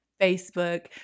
Facebook